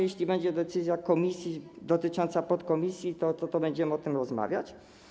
Jeśli będzie decyzja komisji dotycząca podkomisji, to będziemy o tym rozmawiać.